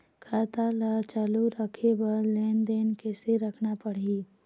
खाता ला चालू रखे बर लेनदेन कैसे रखना पड़ही?